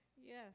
Yes